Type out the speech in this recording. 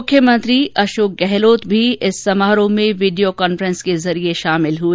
मुख्यमंत्री अशोक गहलोत भी इस समारोह में वीडियो कांफ्रेंस को जरिये शामिल हुए